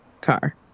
Car